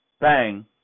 Bang